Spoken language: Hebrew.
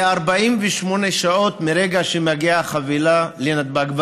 ל-48 שעות מרגע שמגיעה החבילה לנתב"ג,